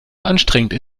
anstrengend